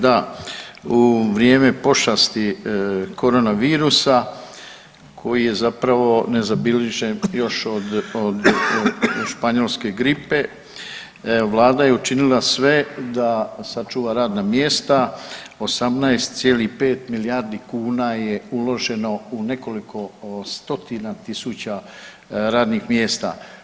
Da, u vrijeme pošasti korona virusa koji je zapravo nezabilježen još od španjolske gripe, Vlada je učinila sve da sačuva radna mjesta 18,5 milijardi kuna je uloženo u nekoliko stotina tisuća radnih mjesta.